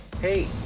Hey